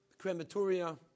crematoria